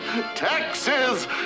Taxes